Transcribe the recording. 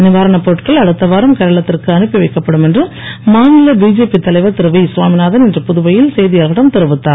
நீவாரணப் பொருட்கள் அடுத்த வாரம் கேரளத்திற்கு அனுப்பிவைக்கப் படும் என்று மாநில பிஜேபி தலைவர் திருவிசாமிநாதன் இன்று புதுவையில் செய்தியாளர்களிடம் தெரிவித்தார்